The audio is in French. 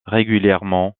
régulièrement